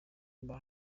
mba